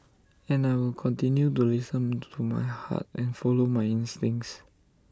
and I will continue to listen to my heart and follow my instincts